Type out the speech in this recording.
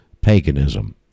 paganism